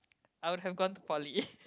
I would have gone to Poly